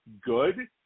good